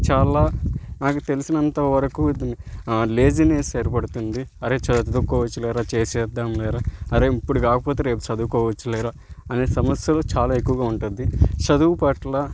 చాలా నాకు తెలిసినంతవరకు లేజీినెస్ ఏర్పడుతుంది అరే చదువుకోవచ్చు లేరా చేసేద్దాము లేరా అరే ఇప్పుడు కాకపోతే రేపు చదువుకోవచ్చు లేరా అనే సమస్యలు చాలా ఎక్కువగా ఉంటుంది చదువు పట్ల